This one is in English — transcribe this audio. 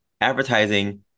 advertising